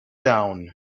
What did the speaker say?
down